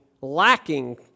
lacking